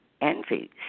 envy